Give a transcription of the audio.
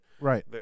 Right